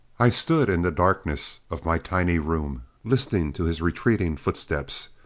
i stood in the darkness of my tiny room, listening to his retreating footsteps.